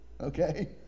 okay